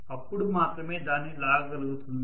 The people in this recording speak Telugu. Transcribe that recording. అప్పుడు మాత్రమే దాన్ని లాగగలుగుతుంది